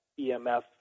EMF